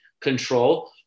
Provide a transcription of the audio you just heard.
control